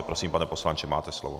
Prosím, pane poslanče, máte slovo.